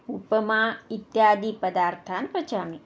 उपमा इत्यादि पदार्थान् पचामि